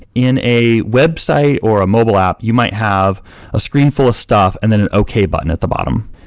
in a website, or a mobile app you might have a screen full of stuff and then an okay button at the bottom.